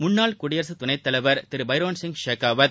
முன்னாள் குடியரசுத் துணைத் தலைவர் திரு பைரோள் சிங் ஷெகாவத்